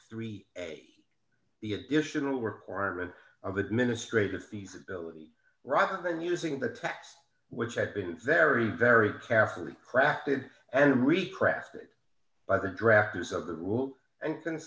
three the additional requirement of administrative feasibility rather than using the test which i've been very very carefully crafted and we crafted by the drafters of the rules and